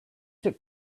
took